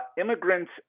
immigrants